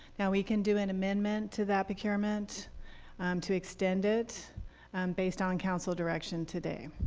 now, we can do an amendment to that procurement to extend it based on council direction today.